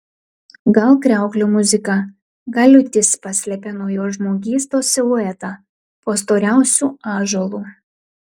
gal kriauklių muzika gal liūtis paslėpė nuo jo žmogystos siluetą po storiausiu ąžuolu